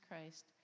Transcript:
Christ